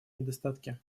недостатки